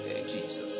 Jesus